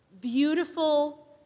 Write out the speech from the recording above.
beautiful